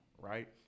right